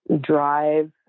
drive